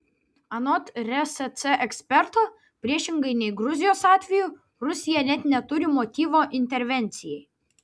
anot resc eksperto priešingai nei gruzijos atveju rusija net neturi motyvo intervencijai